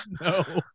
No